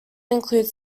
include